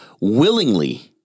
willingly